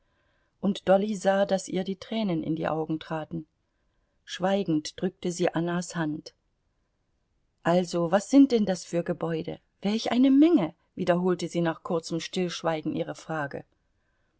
und dolly sah daß ihr die tränen in die augen traten schweigend drückte sie annas hand also was sind denn das für gebäude welch eine menge wiederholte sie nach kurzem stillschweigen ihre frage